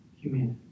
humanity